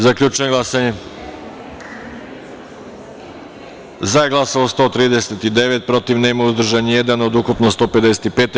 Zaključujem glasanje: za - 139, protiv - niko, uzdržan – jedan, ukupno – 155.